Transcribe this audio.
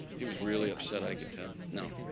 he was really upset i could tell. no.